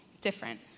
different